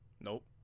nope